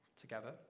together